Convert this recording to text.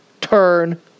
turn